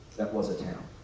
that was a town.